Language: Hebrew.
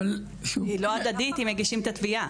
היא לא הדדית אם מגישים את התביעה.